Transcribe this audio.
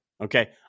Okay